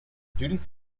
duties